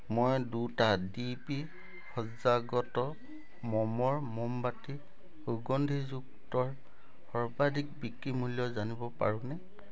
মই দুটা ডিপি সজ্জাগত মমৰ মমবাতি সুগন্ধিযুক্তৰ সৰ্বাধিক বিক্ৰী মূল্য জানিব পাৰোঁনে